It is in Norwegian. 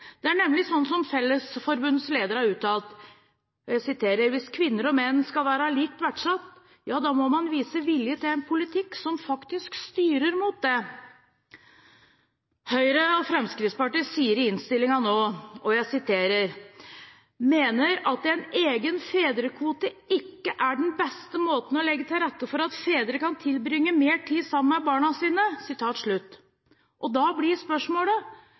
Det er nemlig sånn som Fellesforbundets leder har uttalt: «Hvis kvinner og menn skal være likt verdsatt, ja da må man vise vilje til en politikk som faktisk styrer imot nettopp det.» Høyre og Fremskrittspartiet sier i innstillingen nå at de «mener at en egen fedrekvote ikke er den beste måten å legge til rette for at fedre kan tilbringe tid sammen med barna sine». Da blir spørsmålet: